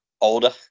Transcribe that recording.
older